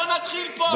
בוא נתחיל פה.